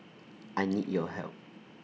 I need your help